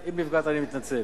אם נפגעת אני מתנצל,